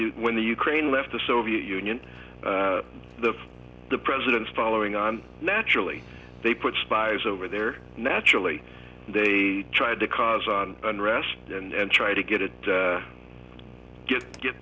you when the ukraine left the soviet union the the president following on naturally they put spies over there naturally they tried to cause on unrest and try to get it get get